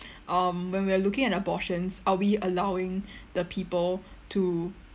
um when we are looking at abortions are we allowing the people to